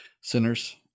sinners